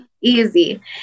Easy